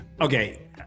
Okay